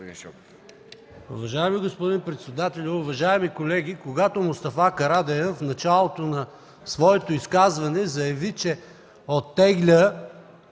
Уважаеми господин председателю, уважаеми колеги! Когато Мустафа Карадайъ в началото на своето изказване заяви, че оттегля